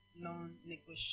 non-negotiable